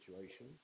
situation